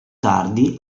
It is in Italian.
tardi